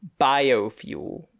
Biofuel